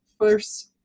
first